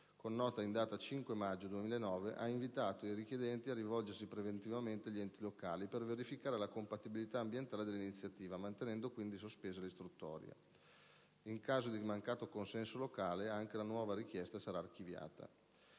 con nota in data 5 maggio 2009, ha invitato i richiedenti a rivolgersi preventivamente agli enti locali per verificare la compatibilità ambientale dell'iniziativa, mantenendo sospesa l'istruttoria. In caso di mancato consenso locale, anche la nuova richiesta sarà archiviata.